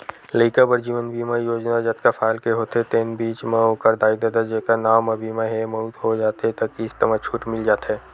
लइका बर जीवन बीमा योजना जतका साल के होथे तेन बीच म ओखर दाई ददा जेखर नांव म बीमा हे, मउत हो जाथे त किस्त म छूट मिल जाथे